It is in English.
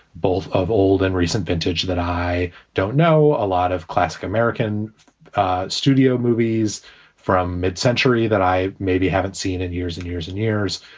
both of old and recent vintage, that i don't know a lot of classic american studio movies from mid-century that i maybe have. seen in years and years and years.